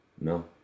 no